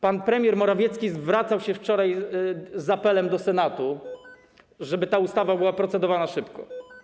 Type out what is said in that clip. Pan premier Morawiecki zwracał się wczoraj z apelem do Senatu, żeby nad tą ustawą procedowano szybko.